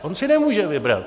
On si nemůže vybrat!